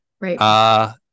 Right